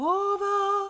over